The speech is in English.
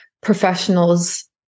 professionals